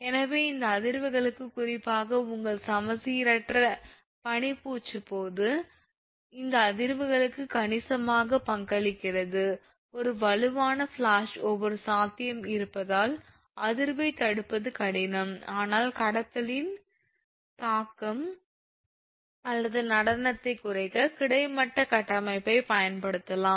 எனவே இந்த அதிர்வுகளுக்கு குறிப்பாக உங்கள் சமச்சீரற்ற பனி பூச்சு போது இந்த அதிர்வுகளுக்கு கணிசமாக பங்களிக்கிறது ஒரு வலுவான ஃப்ளாஷ் ஓவர் சாத்தியம் இருப்பதால் அதிர்வை தடுப்பது கடினம் ஆனால் கடத்தலின் தாக்கம் அல்லது நடனத்தை குறைக்க கிடைமட்ட கட்டமைப்பைப் பயன்படுத்தலாம்